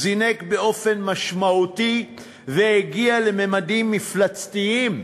זינק באופן משמעותי והגיע לממדים מפלצתיים,